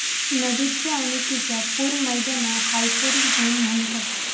नदीच्य आणि तिच्या पूर मैदानाक हायपोरिक झोन म्हणतत